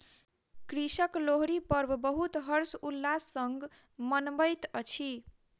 कृषक लोहरी पर्व बहुत हर्ष उल्लास संग मनबैत अछि